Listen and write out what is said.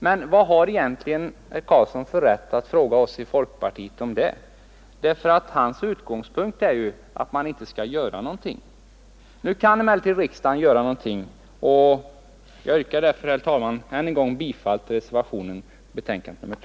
Men vad har egentligen herr Karlsson för rätt att fråga oss i folkpartiet om det? Hans utgångspunkt är ju att man inte skall göra något. Nu kan emellertid riksdagen göra något. Jag yrkar därför, herr talman, än en gång bifall till reservationen 1.